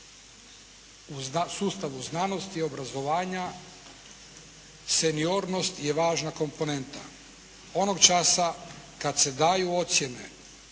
u sustavu znanosti i obrazovanja seniornost je važna komponenta. Onog časa kad se daju ocjene